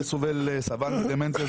שסבל מדמנציה,